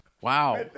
Wow